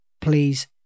please